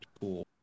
cool